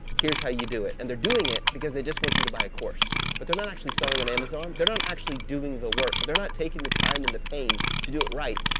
here's how you do it, and they're doing it because they just want you to buy a course but they're not actually selling on and amazon they're not actually doing the work, they're not taking the time and the pain to do it right,